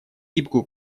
гибкую